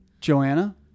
Joanna